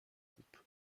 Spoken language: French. groupes